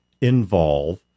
involve